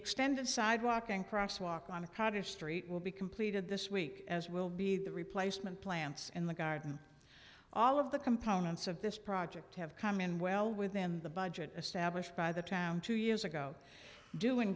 extended sidewalk and crosswalk on a crowded street will be completed this week as will be the replacement plants in the garden all of the components of this project have come in well within the budget stablished by the town two years ago doing